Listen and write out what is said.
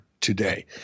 today